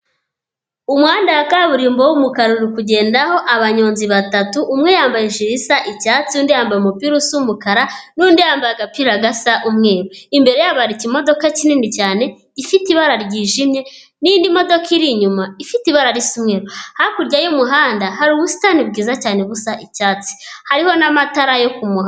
Umuhanda wa kaburimbo w'umukararu; urikugendaho abanyonzi batatu umwe yambaye ijiri isa icyatsi, undi yambaye umupirasa umukara, n'undi yambaye agapira gasa umweru, imbere yabo hakaba hari imodoka kinini cyane ifite ibara ryijimye; n'indi modoka iri inyuma ifite ibara risa umweru, hakurya y'umuhanda hari ubusitani bwiza cyane busa icyatsi hariho n'amatara yo ku muhanda.